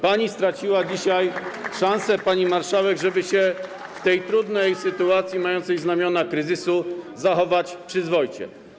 Pani straciła dzisiaj szansę, pani marszałek, żeby się w tej trudnej sytuacji mającej znamiona kryzysu zachować przyzwoicie.